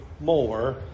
more